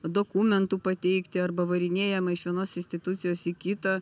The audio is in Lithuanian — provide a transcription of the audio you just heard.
dokumentų pateikti arba varinėjama iš vienos institucijos į kitą